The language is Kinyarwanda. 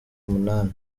umunani